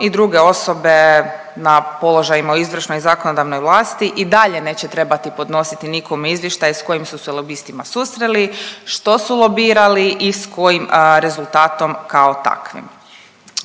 i druge osobe na položajima u izvršnoj i zakonodavnoj vlasti i dalje neće trebati podnositi nikom izvještaj s kojim su se lobistima susreli, što su lobirali i s kojim rezultatom kao takvim.